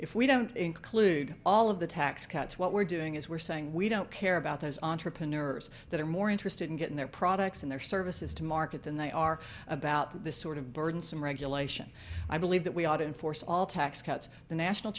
if we don't include all of the tax cuts what we're doing is we're saying we don't care about those entrepreneurs that are more interested in getting their products in their services to market than they are about this sort of burdensome regulation i believe that we ought enforce all tax cuts the national